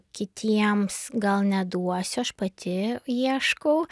kitiems gal neduosiu aš pati ieškau